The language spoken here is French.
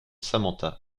samantha